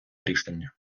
рішення